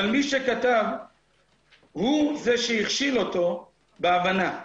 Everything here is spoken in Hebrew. אבל מי שכתב הוא זה שהכשיל אותו בהבנה.